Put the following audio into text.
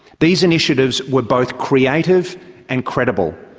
these initiatives were both creative and credible.